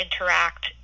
interact